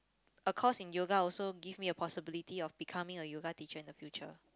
a course in yoga also give me a possibility of becoming a yoga teacher in the future